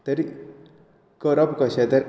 तर हें करप कशें